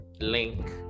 link